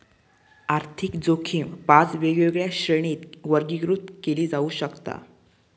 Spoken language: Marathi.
आर्थिक जोखीम पाच वेगवेगळ्या श्रेणींत वर्गीकृत केली जाऊ शकता